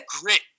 grit